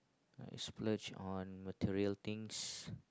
I splurge on material things